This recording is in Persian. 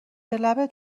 لبت